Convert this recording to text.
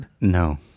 no